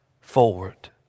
forward